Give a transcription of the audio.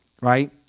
Right